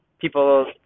people